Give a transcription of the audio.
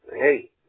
hey